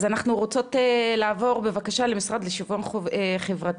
אז אנחנו רוצות לעבור בבקשה למשרד לשוויון חברתי,